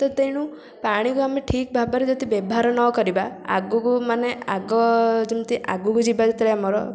ତ ତେଣୁ ପାଣିକୁ ଆମେ ଠିକ ଭାବରେ ଯଦି ବ୍ୟବହାର ନ କରିବା ଆଗକୁ ମାନେ ଆଗ ଯେମିତି ଆଗକୁ ଯିବା ଯେତେବେଳେ ଆମର